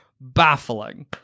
Baffling